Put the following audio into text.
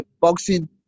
boxing